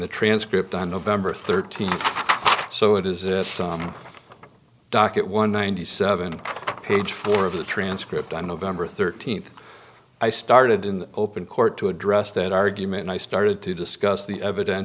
the transcript on november thirteenth so it is it's on the docket one ninety seven page four of the transcript on november thirteenth i started in open court to address that argument i started to discuss the eviden